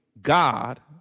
God